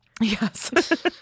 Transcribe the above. Yes